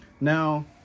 Now